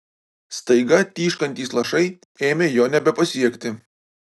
staiga tyškantys lašai ėmė jo nebepasiekti